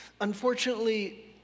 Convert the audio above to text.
Unfortunately